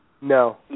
No